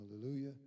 Hallelujah